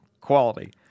quality